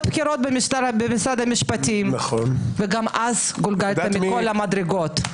בכירות במשרד המשפטים וגם אז גולגלת מכל המדרגות.